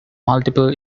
multiple